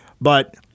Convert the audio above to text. but-